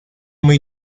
muy